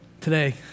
Today